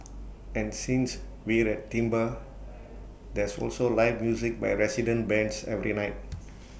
and since we're at s there's also live music by resident bands every night